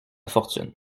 fortune